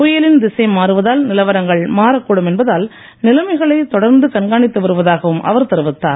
புயலின் திசை மாறுவதால் நிலவரங்கள் மாறக்கூடும் என்பதால் நிலைமைகளை தொடர்ந்து கண்காணித்து வருவதாகவும் அவர் தெரிவித்தார்